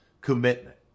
commitment